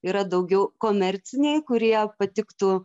yra daugiau komerciniai kurie patiktų